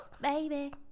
baby